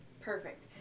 Perfect